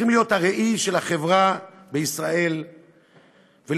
צריכים להיות הראי של החברה בישראל ולשקף